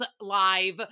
Live